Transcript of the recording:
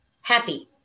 happy